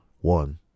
One